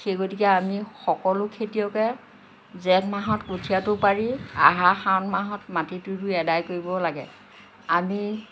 সেই গতিকে আমি সকলো খেতিয়কে জেঠ মাহত কঠীয়াটো পাৰি আহাৰ শাওণ মাহত মাটিটো ৰুই আদায় কৰিব লাগে আমি